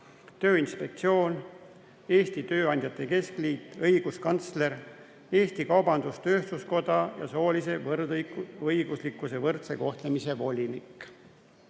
Tööinspektsioon, Eesti Tööandjate Keskliit, õiguskantsler, Eesti Kaubandus-Tööstuskoda ning soolise võrdõiguslikkuse ja võrdse kohtlemise volinik.